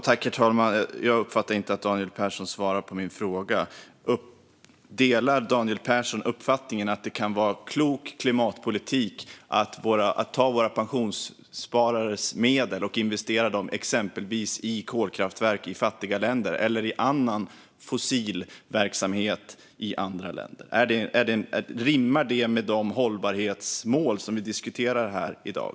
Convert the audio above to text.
Herr talman! Jag uppfattar inte att Daniel Persson svarar på min fråga. Delar Daniel Persson uppfattningen att det kan vara klok klimatpolitik att ta våra pensionssparares medel och investera dem exempelvis i kolkraftverk i fattiga länder eller i annan fossil verksamhet i andra länder? Rimmar det med de hållbarhetsmål som vi diskuterar i dag?